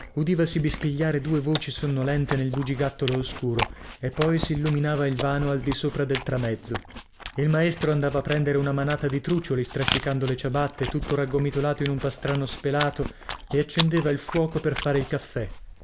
udivasi pispigliare due voci sonnolente nel bugigattolo oscuro e poi silluminava il vano al di sopra del tramezzo il maestro andava a prendere una manata di trucioli strascicando le ciabatte tutto raggomitolato in un pastrano spelato e accendeva il fuoco per fare il caffè